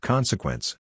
Consequence